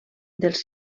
dels